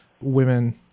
women